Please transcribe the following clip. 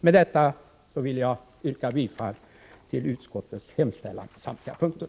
Med detta vill jag yrka bifall till utskottets hemställan på samtliga punkter.